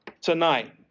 tonight